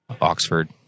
Oxford